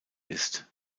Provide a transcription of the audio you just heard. ist